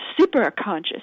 superconscious